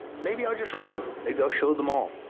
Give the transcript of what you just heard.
maybe i'll just run. maybe i'll show them all.